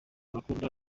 arakunda